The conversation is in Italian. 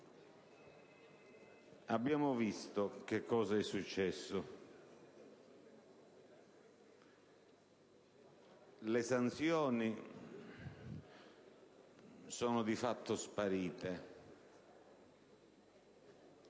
Abbiamo visto cosa è successo: le sanzioni sono di fatto sparite,